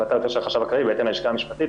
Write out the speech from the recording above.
הייתה החלטה של החשב הכללי בהתאם ללשכה המשפטית,